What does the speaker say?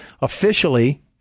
officially